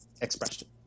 expression